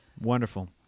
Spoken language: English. Wonderful